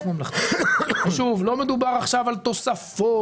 אלה לא מוסדות שלא מלמדים לימודי ליבה.